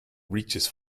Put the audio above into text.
reaches